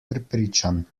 prepričan